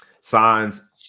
signs